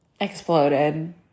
exploded